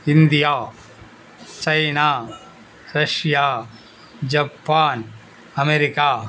India China Russia Japan America